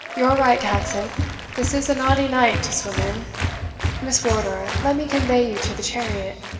you're right, caxon this is a naughty night to swim in miss wardour, let me convey you to the chariot.